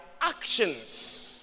actions